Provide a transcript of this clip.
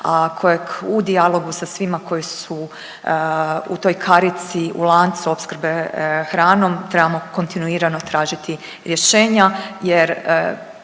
kojeg u dijalogu sa svima koji su u toj karici, u lancu opskrbe hranom trebamo kontinuirano tražiti rješenja